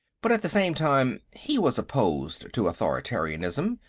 but, at the same time, he was opposed to authoritarianism,